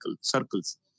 circles